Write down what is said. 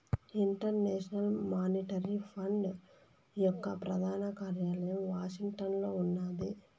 international Monetary Fund యొక్క ప్రధాన కార్యాలయం వాషింగ్టన్లో ఉన్నాది